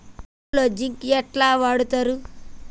వరి పొలంలో జింక్ ఎట్లా వాడుతరు?